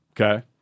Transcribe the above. Okay